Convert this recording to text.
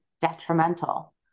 detrimental